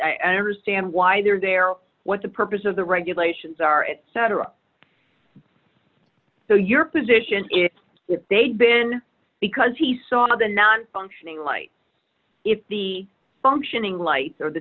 understand why they're there or what the purpose of the regulations are etc so your position if they'd been because he saw the nonfunctioning light if the functioning light of the